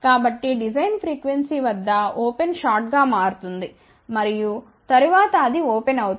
కాబట్టి design frequency వద్ద open short గా మారుతుంది మరియు తరువాత అది ఓపెన్ అవుతుంది